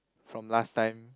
from last time